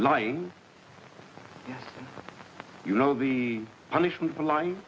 lying you know the punishment for lyin